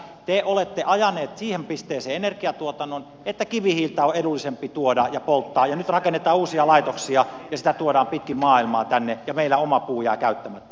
te olette ajaneet siihen pisteeseen energiatuotannon että kivihiiltä on edullisempi tuoda ja polttaa ja nyt rakennetaan uusia laitoksia ja sitä tuodaan pitkin maailmaa tänne ja meillä oma puu jää käyttämättä